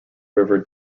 river